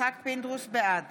בעד